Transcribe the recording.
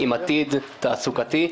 עם עתיד תעסוקתי.